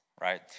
right